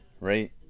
right